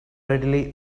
readily